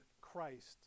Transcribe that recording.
Christ